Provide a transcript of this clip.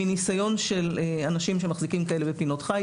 מניסיון של אנשים שמחזיקים כאלה בפינות חי,